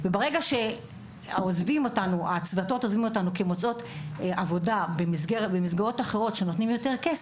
וברגע שסייעות עוזבות אותנו כי הן מוצאות עבודה עם יותר כסף,